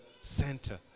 center